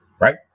right